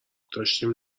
داشتیم